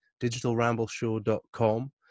digitalrambleshow.com